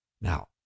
Now